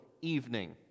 evening